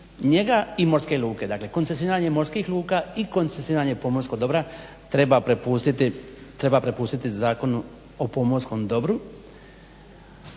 njega i morske luke. Dakle koncesioniranje je morskih luka i koncesioniranje pomorskog dobra treba prepustiti Zakonu o pomorskom dobru.